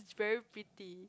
she's very pretty